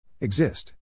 Exist